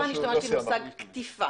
אני אמרתי קטיפה.